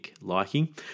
liking